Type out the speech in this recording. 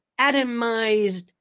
atomized